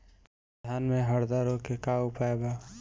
धान में हरदा रोग के का उपाय बा?